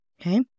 Okay